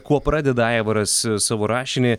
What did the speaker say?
kuo pradeda aivaras savo rašinį